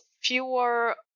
fewer